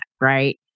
right